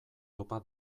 topa